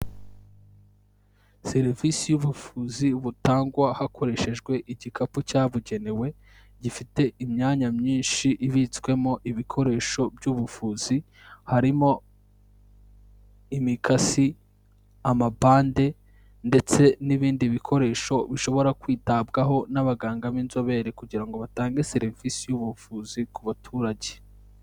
Serivisi y'ubuvuzi butangwa hakoreshejwe igikapu cyabugenewe, gifite imyanya myinshi ibitswemo ibikoresho by'ubuvuzi, harimo imikasi, amabande ndetse n'ibindi bikoresho bishobora kwitabwaho n'abaganga b'inzobere kugira ngo batange serivisi y'ubuvuzi ku baturage.